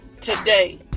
today